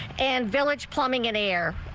and village plumbing and air.